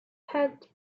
had